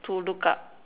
to look up